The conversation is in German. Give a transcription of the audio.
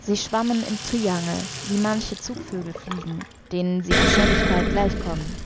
sie schwammen im triangel wie manche zugvögel fliegen denen sie an schnelligkeit gleich kommen